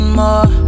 more